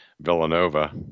Villanova